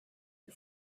you